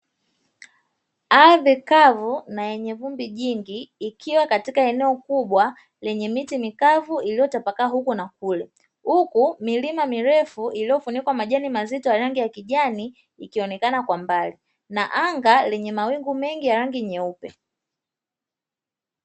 Ardhi kavu na yenye vumbi nyingiiliyotapakaa, ikiwa katika eneo kubwa lenye miti mikavu iliyotapakaa huko na kule, huku milima mirefu iliyofunikwa majani mazito na rangi ya kijani ikionekana kwa mbali, na anga lenye mawingu mengi ya rangi nyeupe.